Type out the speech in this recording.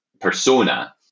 persona